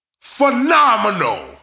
Phenomenal